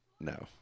No